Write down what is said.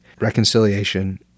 reconciliation